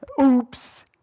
Oops